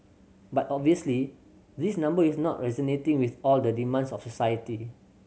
but obviously this number is not resonating with all the demands of society